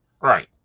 right